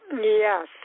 Yes